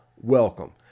welcome